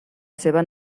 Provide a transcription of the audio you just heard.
seva